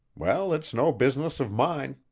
well, it's no business of mine.